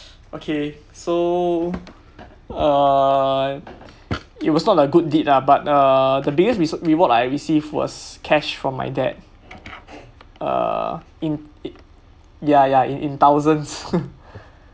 okay so err it was not like a good deed lah but uh the biggest re~ reward I received was cash from my dad err in in ya ya in in thousands